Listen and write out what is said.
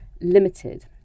limited